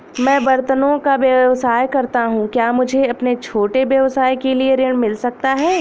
मैं बर्तनों का व्यवसाय करता हूँ क्या मुझे अपने छोटे व्यवसाय के लिए ऋण मिल सकता है?